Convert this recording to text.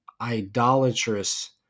idolatrous